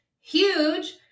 huge